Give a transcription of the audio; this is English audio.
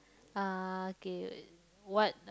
uh K what